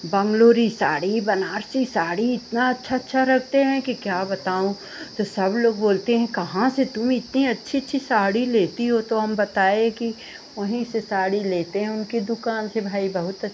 बंगलोरी साड़ी बनारसी साड़ी इतनी अच्छी अच्छी रखते हैं कि क्या बताऊँ तो सब लोग बोलते हैं कहाँ से तुम इतनी अच्छी अच्छी साड़ी लेती हो तो हम बताए कि वहीं से साड़ी लेते हैं उनकी दुकान से भाई बहुत अच्छी